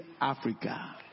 Africa